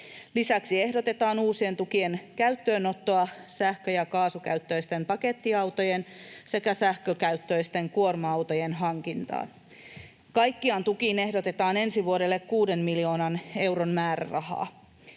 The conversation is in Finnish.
Lisäksi ehdotetaan uusien tukien käyttöönottoa sähkö- ja kaasukäyttöisten pakettiautojen sekä sähkökäyttöisten kuorma-autojen hankintaan. Kaikkiaan tukiin ehdotetaan ensi vuodelle 6 miljoonan euron määrärahaa.